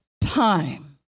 time